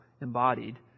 embodied